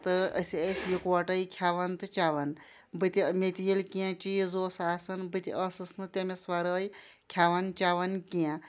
تہٕ أسۍ ٲسۍ یِکوَٹَے کھٮ۪وان تہٕ چٮ۪وان بہٕ تہِ مےٚ تہِ ییٚلہِ کیٚنٛہہ چیٖز اوس آسان بہٕ تہِ ٲسٕس نہٕ تٔمِس وَرٲے کھٮ۪وان چٮ۪وان کیٚنٛہہ